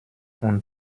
und